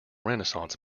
renaissance